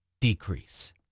decrease